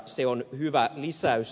se on hyvä li säys